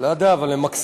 לא יודע, אבל הן מקסימות.